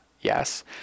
Yes